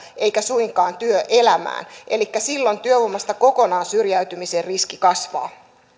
eivätkä suinkaan työelämään elikkä silloin työvoimasta kokonaan syrjäytymisen riski kasvaa